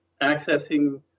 accessing